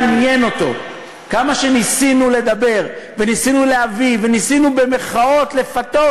אולי נייצא את זה ונייבא במחיר אפסי.